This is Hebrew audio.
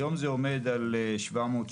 היום זה עומד על 760,